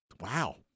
Wow